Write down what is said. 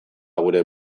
gure